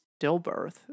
stillbirth